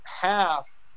half